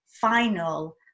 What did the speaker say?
final